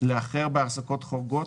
לאחר בהחזקות החורגות,